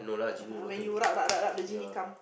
yeah when rub rub rub rub the genie come